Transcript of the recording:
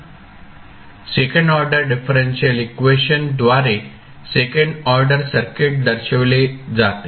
second order differential equation द्वारे second order circuit दर्शविले जाते